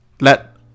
let